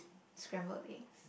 scrambled eggs